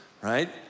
right